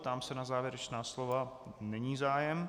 Ptám se na závěrečná slova není zájem.